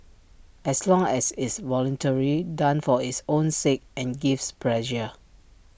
as long as it's voluntary done for its own sake and gives pleasure